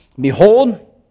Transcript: Behold